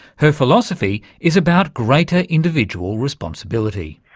her philosophy is about greater individual responsibility.